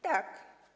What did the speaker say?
Tak.